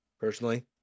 personally